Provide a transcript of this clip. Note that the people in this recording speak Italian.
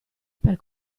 per